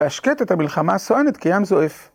והשקט את המלחמה הסואנת כי העם זועף